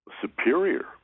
superior